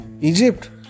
Egypt